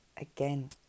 again